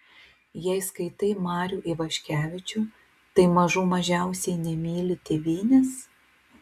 jei skaitai marių ivaškevičių tai mažų mažiausiai nemyli tėvynės